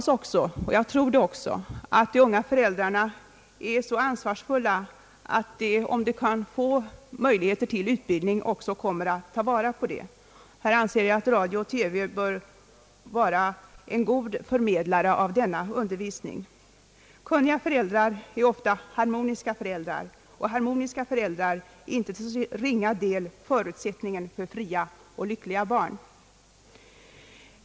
Jag hoppas — och jag tror det också — att de unga föräldrarna är så ansvarsfulla att de om de kan få möjligheter till utbildning också kommer att ta vara på dem. Här bör enligt min uppfattning radio och TV vara goda förmedlare av undervisningen. Kunniga föräldrar är ofta harmoniska föräldrar, och harmoniska föräldrar är till inte ringa del förutsättningen för fria och lyckliga barn.